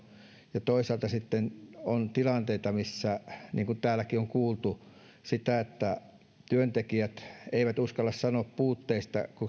ja toisaalta sitten on tilanteita missä niin kuin täälläkin on kuultu työntekijät eivät uskalla sanoa puutteista